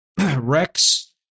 Rex